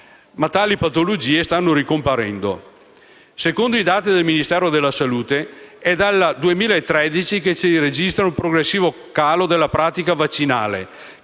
ma tali patologie stanno ricomparendo. Secondo i dati del Ministero della salute, è dal 2013 che si registra un progressivo calo della pratica vaccinale,